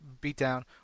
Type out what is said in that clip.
beatdown